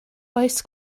oes